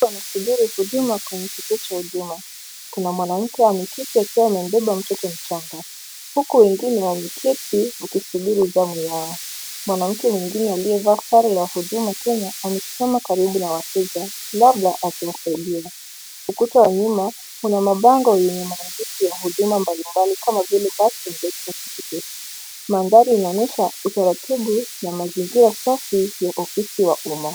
Wanasubiri huduma kwenye kituo cha huduma. Kuna mwanamke ameketi akiwa amembeba mtoto mchanga. Huku wengine wameketi wakisubiri zamu yao. Mwanamke mwingine aliyevaa sare ya huduma Kenya amesimama karibu na wateja, labda akiwasaidia. Ukuta wa nyuma, kuna mabango yenye maandishi ya huduma mbalimbali kama vile birth and death certificate . Mandhari yanaonyesha utaratibu na mazingira safi ya ofisi ya umma.